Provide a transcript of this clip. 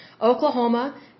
Oklahoma